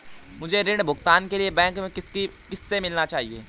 मुझे ऋण भुगतान के लिए बैंक में किससे मिलना चाहिए?